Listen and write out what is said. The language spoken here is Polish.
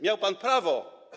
Miał pan prawo.